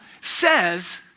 says